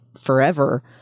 forever